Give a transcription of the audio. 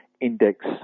Index